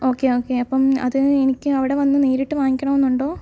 okay okay അപ്പം അത് എനിക്ക് അവിടെ വന്നു നേരിട്ടു വാങ്ങിക്കണം എന്നുണ്ടോ